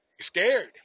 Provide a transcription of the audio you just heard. Scared